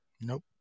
Nope